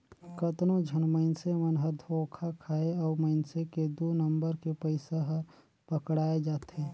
कतनो झन मइनसे मन हर धोखा खाथे अउ मइनसे के दु नंबर के पइसा हर पकड़ाए जाथे